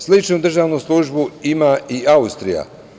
Sličnu državnu službu ima i Austrija.